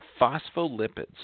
phospholipids